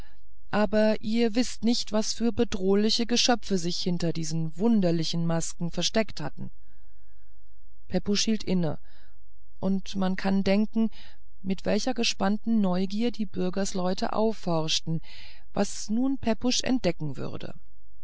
aber ihr wißt nicht was für bedrohliche geschöpfe sich hinter diesen wunderlichen masken versteckt hatten pepusch hielt inne und man kann denken mit welcher gespannten neugier die bürgersleute aufhorchten was nun pepusch entdecken würde